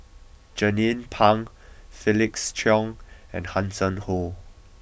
Jernnine Pang Felix Cheong and Hanson Ho